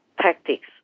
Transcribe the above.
tactics